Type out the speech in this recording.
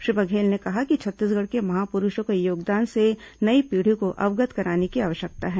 श्री बघेल ने कहा कि छत्तीसगढ़ के महापुरूषों के योगदान से नई पीढ़ी को अवगत कराने की आवश्यकता है